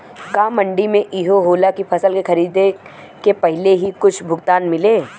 का मंडी में इहो होला की फसल के खरीदे के पहिले ही कुछ भुगतान मिले?